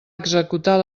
executar